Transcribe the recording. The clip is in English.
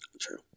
True